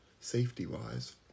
safety-wise